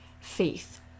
faith